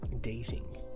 dating